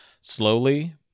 slowly